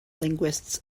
linguists